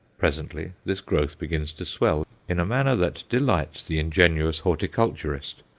presently this growth begins to swell in a manner that delights the ingenuous horticulturist,